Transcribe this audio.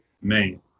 man